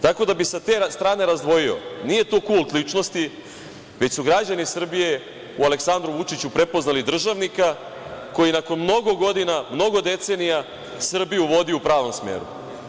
Tako da bih sa te strane razdvojio, nije to kult ličnosti, već su građani Srbije u Aleksandru Vučiću prepoznali državnika koji nakon mnogo godina, mnogo decenija Srbiju vodi u pravom smeru.